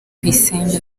tuyisenge